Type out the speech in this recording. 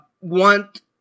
want